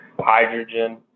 hydrogen